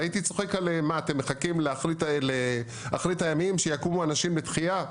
והייתי צוחק עליהם מה אתם מחכים לאחרית הימים שיקומו אנשים לתחייה?